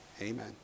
amen